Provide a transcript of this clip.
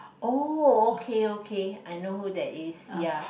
oh okay okay I know who that is ya